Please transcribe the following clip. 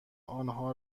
آنها